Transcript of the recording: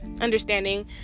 understanding